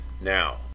Now